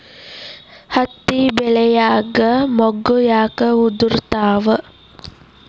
ಹತ್ತಿ ಬೆಳಿಯಾಗ ಮೊಗ್ಗು ಯಾಕ್ ಉದುರುತಾವ್?